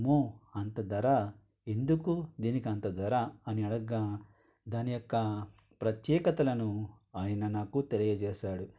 అమ్మో అంత ధరా ఎందుకు దీనికి అంత ధరా అని అడగగా దానియొక్క ప్రత్యేకతలను ఆయన నాకు తెలియజేసాడు